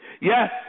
Yes